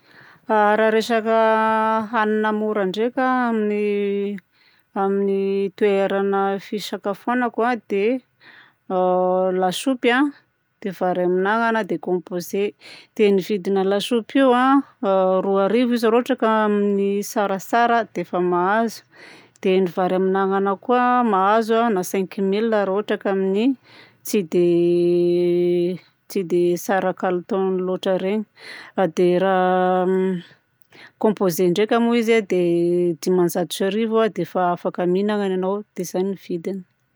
Raha resaka hanigna mora ndraika amin'ny, amin'ny toerana fisakafoagnako dia lasopy a, dia vary amin'anana dia composé. Dia ny vidina lasopy io a, roa arivo izy raha ohatra ka amin'ny tsaratsara dia efa mahazo. Dia ny vary amin'anana koa mahazo a na cinq mille raha ohatra ka amin'ny tsy dia tsy dia tsara kalitao loatra regny. Dia raha composé ndraika moa izy a, dia dimanjato sy arivo dia efa afaka mihinagna enao. Dia zay ny vidiny!